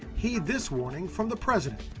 heed this warning from the president.